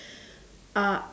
uh